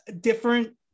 different